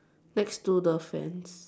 next to the fence